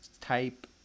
type